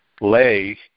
lay